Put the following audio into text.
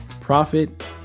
profit